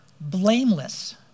blameless